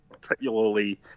particularly